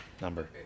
number